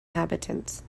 inhabitants